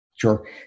Sure